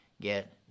get